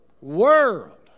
world